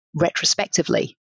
retrospectively